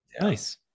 Nice